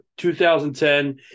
2010